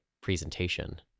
presentation